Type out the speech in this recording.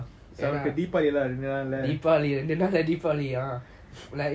so அவனுக்கு தீபாவளி இன்னும் ரெண்டு நாளுல:avanuku deepavali inum rendu naalula